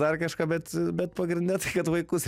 dar kažką bet bet pagrinde tai kad vaikus